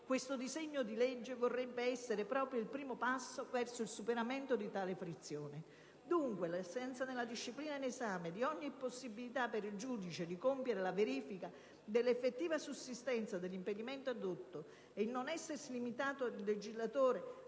questo disegno di legge vorrebbe essere proprio il primo passo verso il superamento di tale frizione. Dunque l'assenza, nella disciplina in esame, di ogni possibilità per il giudice di compiere la verifica dell'effettiva sussistenza dell'impedimento addotto e il non essersi limitato il legislatore